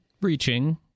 reaching